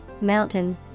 mountain